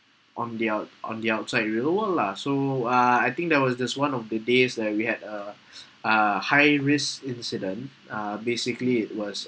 on the out~ on the outside real world lah so uh I think there was this one of the days that we had a a high risk incident uh basically it was